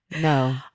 No